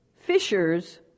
fishers